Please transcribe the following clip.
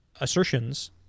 assertions